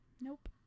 Nope